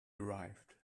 arrived